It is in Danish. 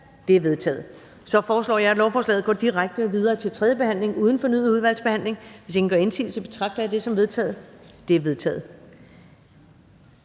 Det er vedtaget. Jeg foreslår, at lovforslaget går direkte videre til tredje behandling uden fornyet udvalgsbehandling. Hvis ingen gør indsigelse, betragter jeg det som vedtaget. Det er vedtaget.